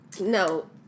No